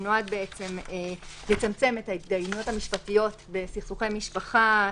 הוא נועד לצמצם את ההתדיינויות המשפטיות בסכסוכי משפחה,